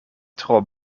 tro